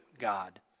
God